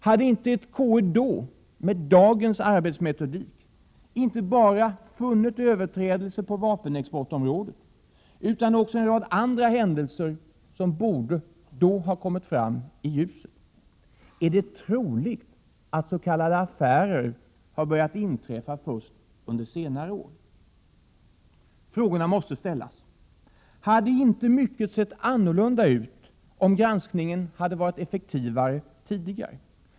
Hade inte ett KU då med dagens arbetsmetodik inte bara funnit överträdelser på vapenexportområdet utan också en rad andra händelser som då borde ha kommit fram i ljuset? Är det troligt att s.k. affärer har börjat inträffa först under senare år? Frågorna måste ställas. Hade inte mycket sett annorlunda ut om granskningen hade varit effektivare tidigare?